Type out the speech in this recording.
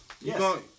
Yes